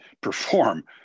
perform